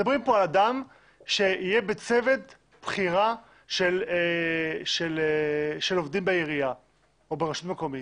מדברים פה על אדם שיהיה בצוות בחירה של עובדים בעירייה או ברשות מקומית,